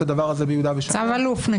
הדבר הזה ביהודה ושומרון -- צו אלוף נגיד...